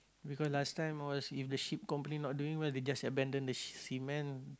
because last time always if the ship company not doing well they just abandon the cement